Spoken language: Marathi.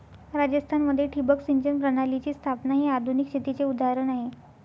राजस्थान मध्ये ठिबक सिंचन प्रणालीची स्थापना हे आधुनिक शेतीचे उदाहरण आहे